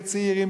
לצעירים,